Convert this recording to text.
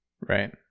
Right